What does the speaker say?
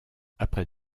après